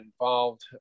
involved